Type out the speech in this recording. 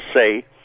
say